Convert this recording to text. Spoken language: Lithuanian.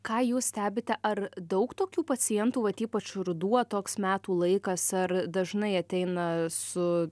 ką jūs stebite ar daug tokių pacientų vat ypač ruduo toks metų laikas ar dažnai ateina su